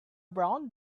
brown